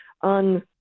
on